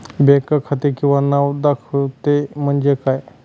Bank खाते किंवा नाव दाखवते म्हणजे काय?